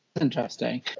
Interesting